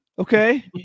Okay